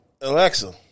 Alexa